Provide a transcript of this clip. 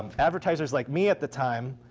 advertisers like me at the time